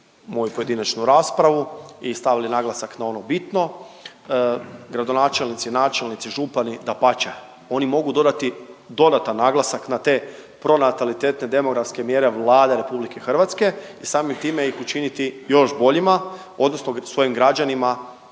moju pojedinačnu raspravu i stavili naglasak na ono bitno. Gradonačelnici, načelnici, župani dapače oni mogu dodati dodatan naglasak na te pronatalitetne demografske mjere Vlade RH i samim time ih učiniti još boljima odnosno svojim građanima